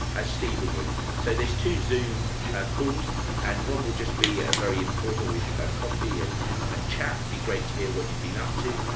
as stephen would. so there's two zoom calls and one will just be ah very informal with ah coffee and and chat be great to hear what you've been up to.